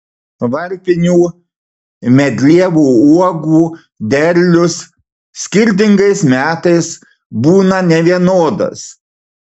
varpinių medlievų uogų derlius skirtingais metais būna nevienodas